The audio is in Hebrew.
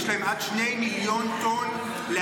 יש להם עד 2 מיליון טון להביא.